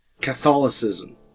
Catholicism